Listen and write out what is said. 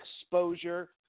exposure